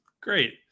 great